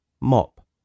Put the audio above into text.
Mop